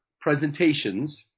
presentations